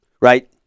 right